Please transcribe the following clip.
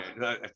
right